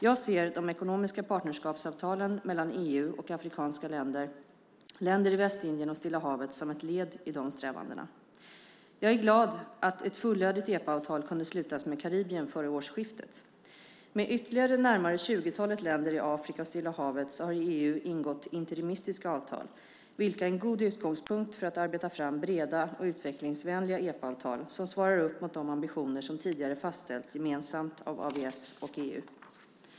Jag ser de ekonomiska partnerskapsavtalen mellan EU och afrikanska länder, länder i Västindien och Stilla havet som ett led i de strävandena. Jag är glad att ett fullödigt EPA-avtal kunde slutas med Karibien före årsskiftet. Med ytterligare närmare tjugotalet länder i Afrika och Stilla havet har EU ingått interimistiska avtal, vilka är en god utgångspunkt för att arbeta fram breda och utvecklingsvänliga EPA-avtal som svarar upp mot de ambitioner som tidigare fastställts gemensamt av AVS och EU.